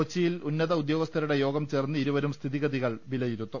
കൊച്ചിയിൽ ഉന്നത ഉദ്യോഗസ്ഥരുടെ യോഗം ചേർന്ന് ഇരുവരും സ്ഥിതിഗതികൾ വിലയിരുത്തും